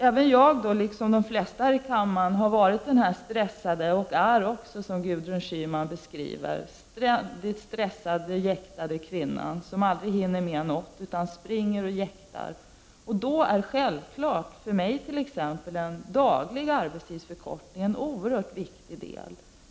Även jag, liksom de flesta kvinnor i kammaren, har varit och är den ständigt stressade som aldrig hinner med något utan springer och jäktar. Det var ju så Gudrun Schyman beskrev det hela. Då är ju, t.ex. för mig, den dagliga arbetstidsförkortningen en oerhört viktig sak.